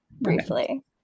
briefly